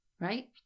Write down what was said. Right